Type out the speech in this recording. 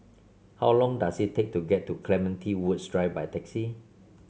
how long does it take to get to Clementi Woods Drive by taxi